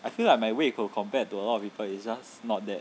I feel like my 胃口 compared to a lot of people it's just not that